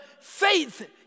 faith